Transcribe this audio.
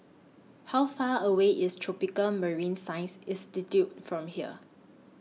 How Far away IS Tropical Marine Science Institute from here